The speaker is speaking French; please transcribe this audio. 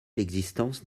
l’existence